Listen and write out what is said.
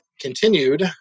continued